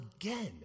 again